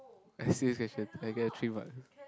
I steal this question I get the three mark